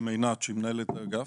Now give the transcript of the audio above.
עם עינת שהיא מנהלת האגף.